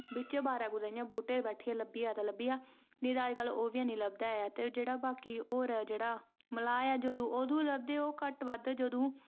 बिच्चें वारें कुतै इ'यां बूह्टे'र बैठियै लब्भिया ते लब्भिया निं ते अजकल्ल ओह् बी ऐ ते जेह्ड़ा बाकि और ऐ जेह्ड़ा मलाह् ऐ जदूं अदूं लभदे ओह् घट्ट बद्ध जदूं